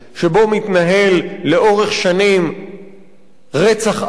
שבו מתנהל לאורך שנים רצח עם,